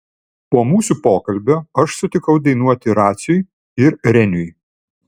po mūsų pokalbio aš sutikau dainuoti raciui ir reniui